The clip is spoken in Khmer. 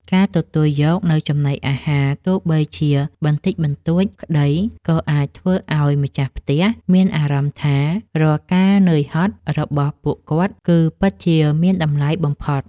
ការទទួលយកនូវចំណីអាហារទោះបីជាបន្តិចបន្តួចក្តី ក៏អាចធ្វើឱ្យម្ចាស់ផ្ទះមានអារម្មណ៍ថារាល់ការនឿយហត់របស់ពួកគាត់ គឺពិតជាមានតម្លៃបំផុត។